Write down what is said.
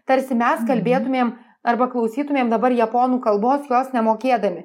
tarsi mes kalbėtumėm arba klausytumėm dabar japonų kalbos jos nemokėdami